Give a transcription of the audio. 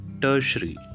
Tertiary